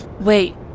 Wait